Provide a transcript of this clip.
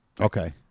Okay